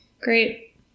Great